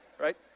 Right